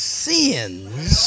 sins